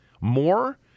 more